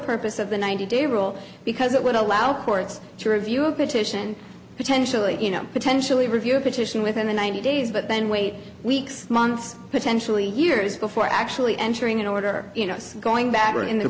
purpose of the ninety day rule because it would allow courts to review a petition potentially you know potentially review a petition within the ninety days but then wait weeks months potentially years before actually entering an order you know going back in the